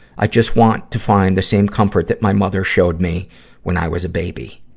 i just want to find the same comfort that my mother showed me when i was a baby.